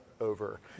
over